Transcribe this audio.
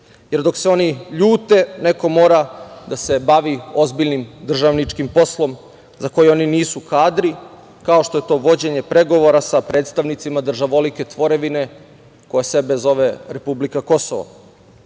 jer dok se oni ljute neko mora da se bavi ozbiljnim državničkim poslom, za koji oni nisu kadri, kao što je to vođenje pregovora sa predstavnicima državovolike tvorevine koja sebe zove republika Kosovo.